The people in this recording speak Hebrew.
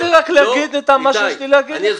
תן לי רק להגיד את מה שיש לי להגיד לך.